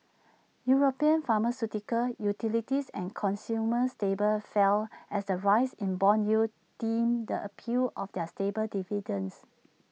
european pharmaceuticals utilities and consumer staples fell as the rise in Bond yields dimmed the appeal of their stable dividends